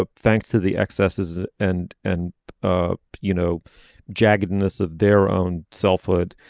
but thanks to the excesses ah and and ah you know jagged goodness of their own selfhood